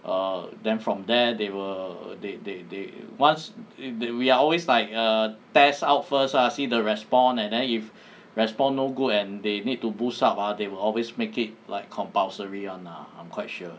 err then from there they will they they they once if we are always like err test out first ah see the response and then if respond no good and they need to boost up ah they will always make it like compulsory [one] lah I'm quite sure